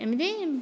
ଏମିତି